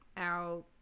out